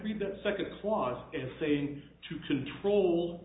read that second clause and saying to control